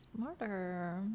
smarter